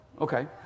Okay